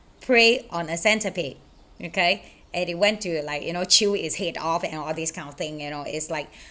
prey on a centipede okay and it went to like you know chew it's head off and all these kind of thing you know it's like